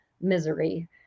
misery